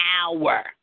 hour